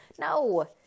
No